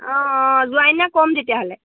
অঁ অঁ যোৱা নাই কম তেতিয়াহ'লে